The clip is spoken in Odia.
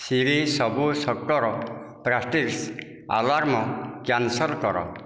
ସିରି ସବୁ ସକର୍ ପ୍ରାକ୍ଟିସ୍ ଆଲାର୍ମ୍ କ୍ୟାନ୍ସଲ୍ କର